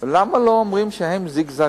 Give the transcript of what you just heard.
שנה לפני, אז למה לא אומרים עליהם שהם מזגזגים?